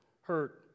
hurt